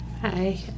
Hi